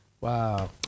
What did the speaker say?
Wow